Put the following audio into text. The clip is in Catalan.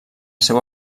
seu